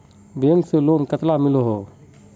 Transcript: Bank से loan कतला मिलोहो?